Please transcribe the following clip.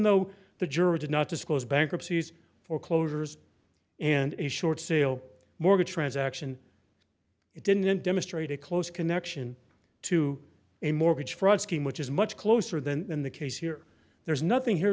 though the jury did not disclose bankruptcy's foreclosures and short sale mortgage transaction it didn't demonstrate a close connection to a mortgage fraud scheme which is much closer than in the case here there's nothing here